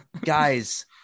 Guys